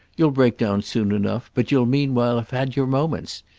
you'll break down soon enough, but you'll meanwhile have had your moments.